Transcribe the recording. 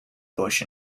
bush